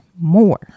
more